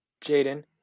Jaden